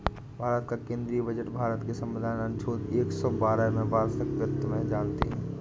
भारत का केंद्रीय बजट भारत के संविधान के अनुच्छेद एक सौ बारह में वार्षिक वित्त में जानते है